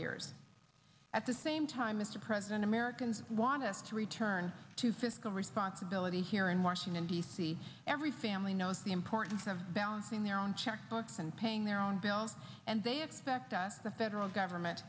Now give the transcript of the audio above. years at the same time mr president americans want us to return to fiscal responsibility here in washington d c every family knows the importance of balancing their own checkbooks and paying their own bills and the federal government